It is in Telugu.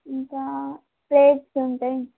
ఇంకా ప్లేట్స్ ఉంటాయి